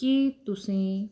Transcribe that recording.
ਕੀ ਤੁਸੀਂ